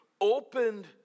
opened